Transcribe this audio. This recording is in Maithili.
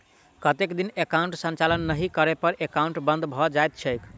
कतेक दिन एकाउंटक संचालन नहि करै पर एकाउन्ट बन्द भऽ जाइत छैक?